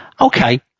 Okay